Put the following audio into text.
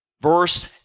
verse